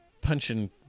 punching